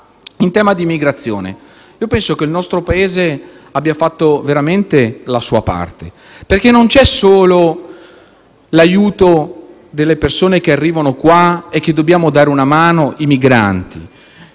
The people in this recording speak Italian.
In tema di migrazione, penso che il nostro Paese abbia fatto veramente la sua parte. Infatti, ci sono non solo l'aiuto alle persone che arrivano qua, a cui dobbiamo dare una mano cercando